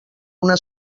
una